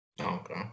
Okay